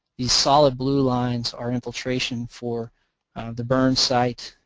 these solid blue lines are infiltration for the burned site,